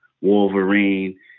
Wolverine